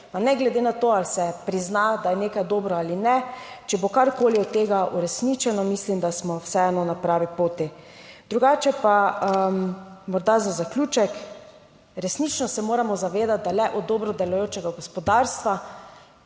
ne glede na to, ali se prizna, da je nekaj dobro ali ne, če bo karkoli od tega uresničeno, mislim, da smo vseeno na pravi poti. Drugače pa morda za zaključek, resnično se moramo zavedati, da le od dobro delujočega gospodarstva